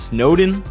Snowden